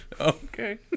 Okay